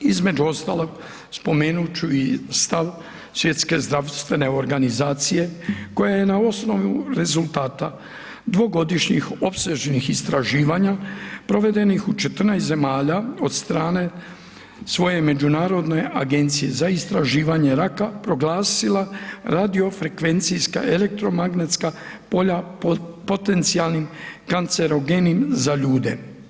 Između ostalog spomenut ću i stav Svjetske zdravstvene organizacije koja je na osnovu rezultata dvogodišnjih opsežnih istraživanja provedenih u 14 zemalja od strane svoje Međunarodne agencije za istraživanje raka proglasila radio frekvencijska, elektromagnetska polja potencijalnim kancerogenim za ljude.